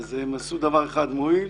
אז הם עשו דבר אחד מועיל